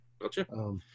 Gotcha